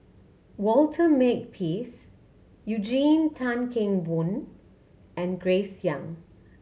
Walter Makepeace Eugene Tan Kheng Boon and Grace Young